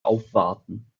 aufwarten